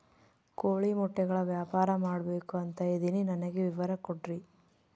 ಕೋಳಿ ಮೊಟ್ಟೆಗಳ ವ್ಯಾಪಾರ ಮಾಡ್ಬೇಕು ಅಂತ ಇದಿನಿ ನನಗೆ ವಿವರ ಕೊಡ್ರಿ?